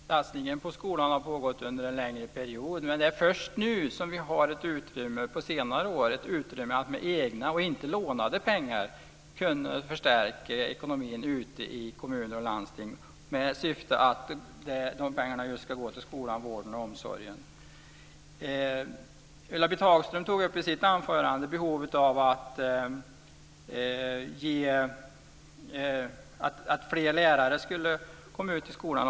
Fru talman! Satsningen på skolan har pågått under en längre period men det är först nu, på senare år, som vi fått ett utrymme att med egna och inte lånade pengar kunna förstärka ekonomin ute i kommuner och landsting med syfte att pengarna ska gå just till skolan, vården och omsorgen. Ulla-Britt Hagström tog i sitt anförande upp behovet av att fler lärare skulle komma ut i skolan.